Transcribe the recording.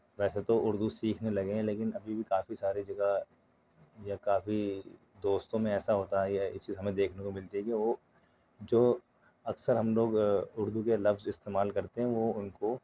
ویسے تو اُردو سیکھنے لگے ہیں لیکن ابھی بھی کافی سارے جگہ یا کافی دوستوں میں ایسا ہوتا ہے یا یہ چیز ہمیں دیکھنے کو مِلتی ہے وہ جو اکثر ہم لوگ اُردو کے لفظ استعمال کرتے ہیں وہ اُن کو